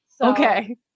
Okay